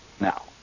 now